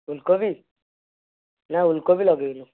ଓଲକୋବି ନା ଓଲକୋବି ଲଗାଇନୁ